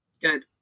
Good